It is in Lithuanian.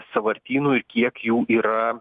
sąvartynų ir kiek jų yra